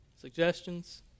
suggestions